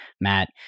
matt